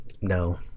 no